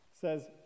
says